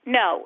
no